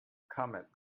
comet